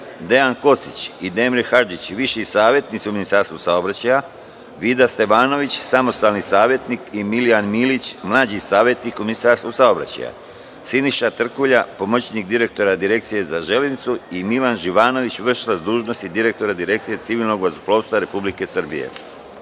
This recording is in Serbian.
Dejan Kocić i Demir Hadžić, viši savetnici u Ministarstvu saobraćaja, Vida Stevanović, samostalni savetnik i Milijan Milić, mlađi savetnik u Ministarstvu saobraćaja, Siniša Trkulja, pomoćnik direktora Direkcije za železnicu i Milan Živanović, vd direktora Direkcije civilnog vazduhoplovstva Republike